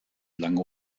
lange